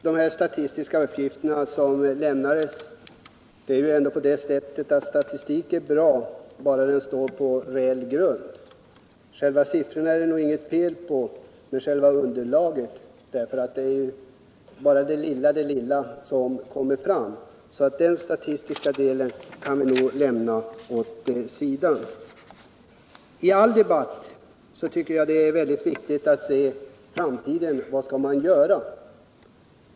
Herr talman! Jag vill återkomma till de statistiska uppgifter som justitieministern lämnade. Det är ju så att statistik är bra, bara den står på reell grund. Själva siffrorna är det nog inget fel på i detta fall, men däremot på underlaget, eftersom det bara är en ytterst liten del av brotten som kommer fram. Den statistiska redovisningen i samband med den här frågan kan vi alltså lämna åt sidan. Det är väldigt viktigt att man i all debatt ser litet längre och diskuterar vad man skall göra i framtiden.